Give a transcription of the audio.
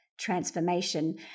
transformation